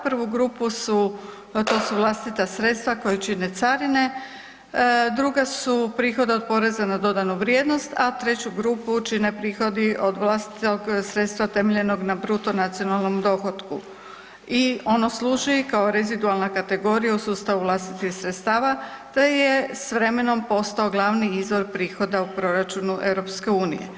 Prva grupa to su vlastita sredstva koja čine carine, druga su prihod od poreza na dodanu vrijednost, a treću grupu čine prihodi od vlastitog sredstva temeljena na bruto nacionalnom dohotku i ono služi kao rezidualna kategorija u sustavu vlastitih sredstava te je s vremenom postao glavni izvor prihoda u proračunu EU.